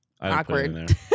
awkward